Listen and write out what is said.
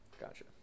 Gotcha